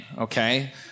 Okay